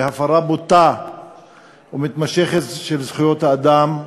בהפרה בוטה ומתמשכת של זכויות האדם,